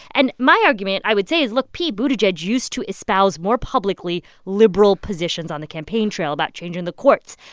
and my argument, i would say, is look. pete buttigieg used to espouse more publicly liberal positions on the campaign trail about changing the courts.